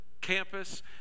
campus